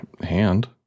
hand